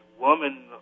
woman